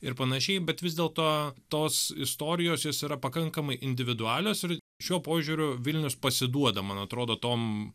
ir panašiai bet vis dėlto tos istorijos jos yra pakankamai individualios ir šiuo požiūriu vilnius pasiduoda man atrodo tom